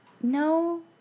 No